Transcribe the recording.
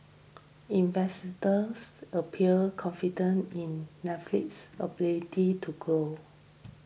investors appear confident in Netflix's ability to grow